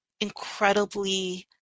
incredibly